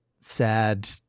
sad